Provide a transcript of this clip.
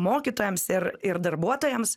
mokytojams ir ir darbuotojams